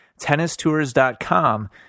TennisTours.com